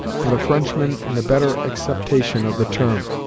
but a frenchman in the better acceptation of the term.